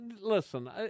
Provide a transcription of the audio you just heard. Listen